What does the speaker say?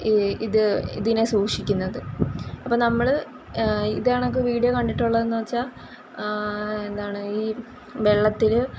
ഈ ഇത് ഇതിനെ സൂക്ഷിക്കുന്നത് അപ്പോൾ നമ്മൾ ഇതേ കണക്ക് വീഡിയോ കണ്ടിട്ടിട്ടുള്ളതെന്ന് വെച്ചാൽ എന്താണ് ഈ വെള്ളത്തിൽ